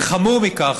וחמור מכך,